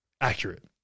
accurate